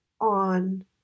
on